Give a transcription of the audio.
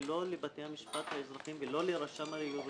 יש פנייה לבתי הדין ולא לבתי המשפט האזרחיים ולא לרשם הירושות,